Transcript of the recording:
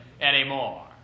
anymore